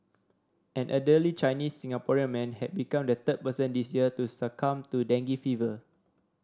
an elderly Chinese Singaporean man ha become the third person this year to succumb to dengue fever